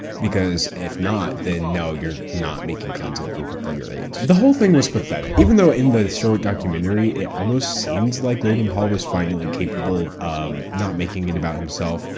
because if not, then no, you're not making content for people your age. the whole thing was pathetic. even though in the short documentary it almost seems like logan paul was finally capable of um not making it about himself,